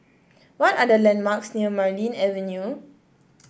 what are the landmarks near Marlene Avenue